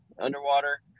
underwater